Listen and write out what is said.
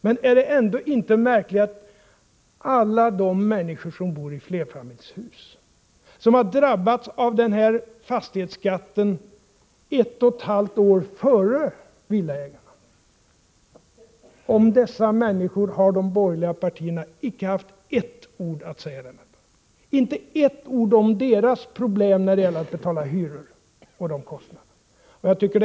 Men är det ändå inte märkligt att de borgerliga partierna inte har haft ett ord att säga om alla de människor som bor i flerfamiljshus, som har drabbats av fastighetsskatten ett och ett halvt år före villaägarna. De har inte sagt ett ord om deras problem när det gäller att betala hyror och andra kostnader.